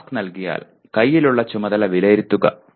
ഒരു ടാസ്ക് നൽകിയാൽ കയ്യിലുള്ള ചുമതല വിലയിരുത്തുക